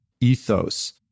ethos